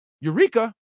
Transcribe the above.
eureka